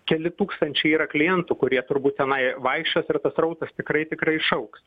keli tūkstančiai yra klientų kurie turbūt tenai vaikščios ir tas srautas tikrai tikrai išaugs